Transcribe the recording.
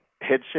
headset